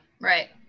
right